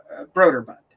Broderbund